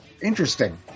interesting